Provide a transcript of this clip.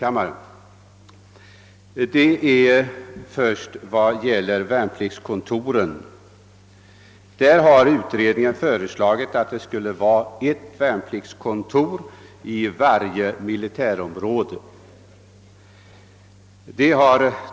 Det gäller först värnpliktskontoren. Utredningen föreslog att det skulle vara ett värnpliktskontor i varje militärområde.